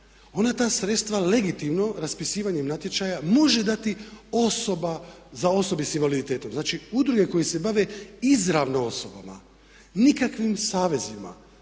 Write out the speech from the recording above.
onda ta sredstva legitimno raspisivanjem natječaja može dati osoba za osobe sa invaliditetom. Znači udruge koje se bave izravno osobama, nikakvim savezima,